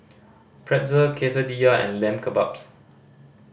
Pretzel Quesadilla and Lamb Kebabs